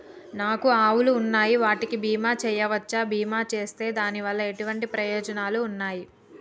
నాకు ఆవులు ఉన్నాయి వాటికి బీమా చెయ్యవచ్చా? బీమా చేస్తే దాని వల్ల ఎటువంటి ప్రయోజనాలు ఉన్నాయి?